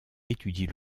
étudie